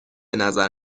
نظر